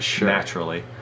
naturally